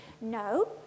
no